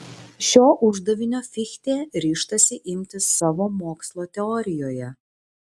šio uždavinio fichtė ryžtasi imtis savo mokslo teorijoje